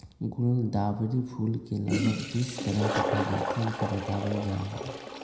गुलदावरी फूल के लगभग तीस तरह के प्रजातियन के बतलावल जाहई